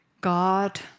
God